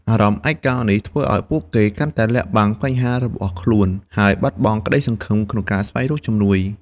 អារម្មណ៍ឯកោនេះ ធ្វើឱ្យពួកគេកាន់តែលាក់បាំងបញ្ហារបស់ខ្លួន ហើយបាត់បង់ក្តីសង្ឃឹមក្នុងការស្វែងរកជំនួយ។